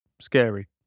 scary